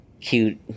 cute